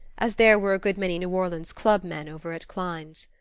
as there were a good many new orleans club men over at klein's.